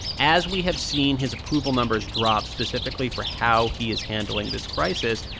as we have seen his approval numbers drop specifically for how he is handling this crisis,